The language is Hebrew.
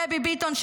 דבי ביטון,